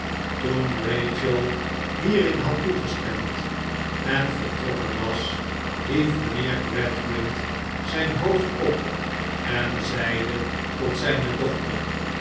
rachel hierin had toegestemd en yertrokken was hief mijnheer gradgrind zijn hoofd op en zeide tot zijne dochter